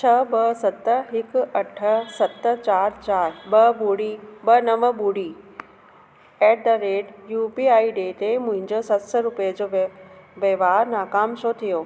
छह ॿ सत हिकु अठ सत चारि चारि ॿ ॿुड़ी ॿ नव ॿुड़ी at the rate U P I I D ॾिए मुंहिंजो सत सौ रुपियो जो वहिंवार नाकाम छो थियो